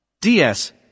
DS